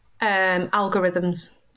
Algorithms